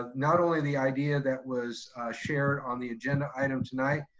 ah not only the idea that was shared on the agenda item tonight,